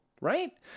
right